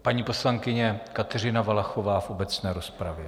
Paní poslankyně Kateřina Valachová v obecné rozpravě.